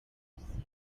yose